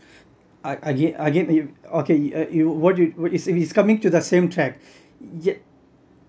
again again you okay uh you what you what you said is coming to the same track yeah